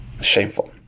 Shameful